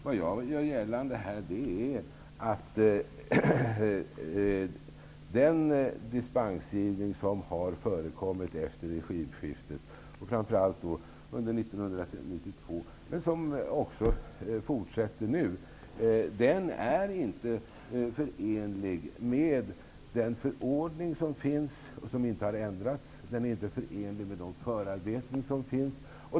Vad jag här gör gällande är att den dispensgivning som har förekommit efter regimskiftet -- framför allt under 1992, men också den som nu fortsätter -- inte är förenlig med den förordning som finns, och som inte har ändrats, samt de förarbeten som finns.